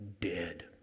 dead